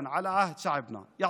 לעולם, תהיה